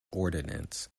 ordinance